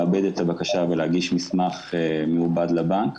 לעבד את הבקשה ולהגיש מסמך מעובד לבנק,